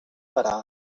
parar